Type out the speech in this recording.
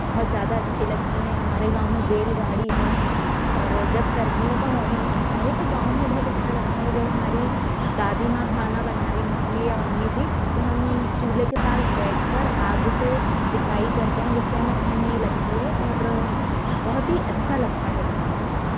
बहुत ज़्यादा अच्छी लगती हैं हमारे गाँव मे बैलगाड़ी है और जब सर्दियों का मौसम आता है तो गाँव में बहुत अच्छा लागत है जब हमारी दादी माँ खाना बना रही होती हैं या मम्मी जी तो हम चूल्हे के पास बैठ कर आग से सिकाई करते हैं जिस से हमें ठंड नहीं लगती है और बहुत ही अच्छा लगता है गाँव जाना